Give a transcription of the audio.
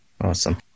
awesome